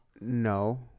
No